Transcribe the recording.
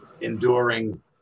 enduring